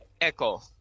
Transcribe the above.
Echo